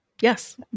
Yes